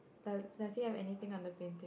do~ does he have anything on the painting